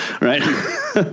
right